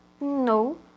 no